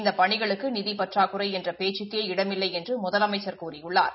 இந்த பணிகளுக்கு நிதிப் பற்றாக்குறை என்ற பேச்சுக்கே இடமில்லை என்று முதலமைச்சா் கூறியுள்ளாா்